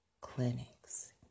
clinics